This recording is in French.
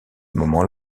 moment